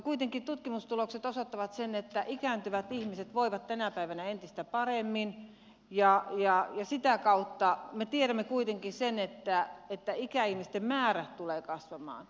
kuitenkin tutkimustulokset osoittavat sen että ikääntyvät ihmiset voivat tänä päivänä entistä paremmin ja sitä kautta me tiedämme kuitenkin sen että ikäihmisten määrä tulee kasvamaan